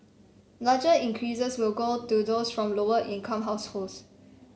larger increases will go to those from lower income households